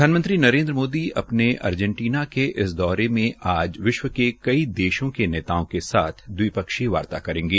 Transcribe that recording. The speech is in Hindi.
प्रधानमंत्री नरेन्द्र मोदी अपने अर्जेटीना के दौरे में आज विश्व के कई देशों के नेताओं के साथ दविपक्षीय वार्ता करेंगे